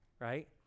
right